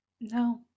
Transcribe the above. No